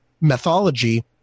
mythology